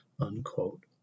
unquote